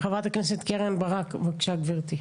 חברת הכנסת קרן ברק, בבקשה, גברתי.